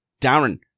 Darren